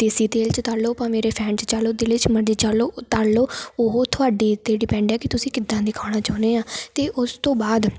ਦੇਸੀ ਤੇਲ 'ਚ ਤਲ ਲੋ ਭਾਵੇਂ ਰਿਫਾਇੰਡ 'ਚ ਤਲ ਲੋ ਜਿਹਦੇ 'ਚ ਮਰਜ਼ੀ ਤਲ ਲੋ ਤਲ ਲੋ ਉਹ ਤੁਹਾਡੇ 'ਤੇ ਡਿਪੈਂਡ ਹੈ ਕਿ ਤੁਸੀਂ ਕਿੱਦਾਂ ਦੇ ਖਾਣਾ ਚਾਹੁੰਦੇ ਹੈ ਅਤੇ ਉਸ ਤੋਂ ਬਾਅਦ